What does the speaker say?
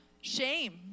shame